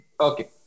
Okay